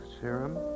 serum